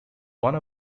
one